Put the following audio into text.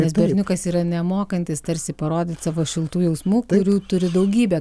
nes berniukas yra nemokantis tarsi parodyt savo šiltų jausmų kurių turi daugybę